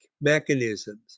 mechanisms